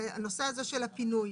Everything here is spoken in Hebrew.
הנושא הזה של הפינוי.